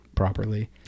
Properly